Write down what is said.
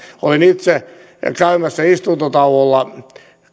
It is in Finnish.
olin itse käymässä istuntotauolla